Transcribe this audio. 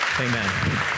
Amen